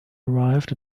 arrived